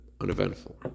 uneventful